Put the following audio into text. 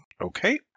Okay